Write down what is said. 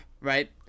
right